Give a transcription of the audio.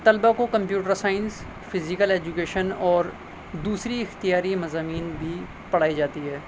طلبا کو computer science physical education اور دوسری اختیاری مضامین بھی پڑھائی جاتی ہے